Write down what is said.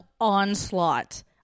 onslaught